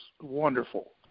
wonderful